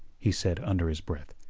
he said under his breath,